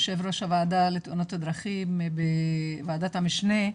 יו"ר הוועדה לתאונות דרכים בוועדת המשנה.